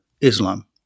Islam